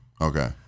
Okay